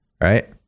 Right